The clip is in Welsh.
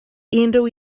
unrhyw